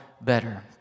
better